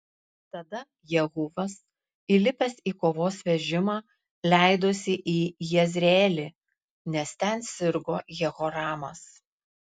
tada jehuvas įlipęs į kovos vežimą leidosi į jezreelį nes ten sirgo jehoramas